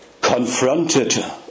confronted